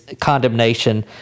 condemnation